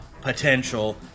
potential